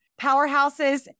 Powerhouses